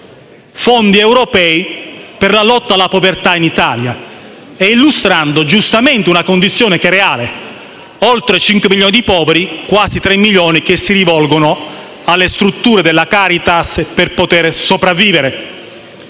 fondi europei per la lotta alla povertà e illustrando, giustamente, una condizione reale: oltre cinque milioni di poveri, di cui quasi tre milioni che si rivolgono alle strutture della Caritas per poter sopravvivere.